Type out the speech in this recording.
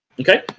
Okay